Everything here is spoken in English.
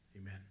Amen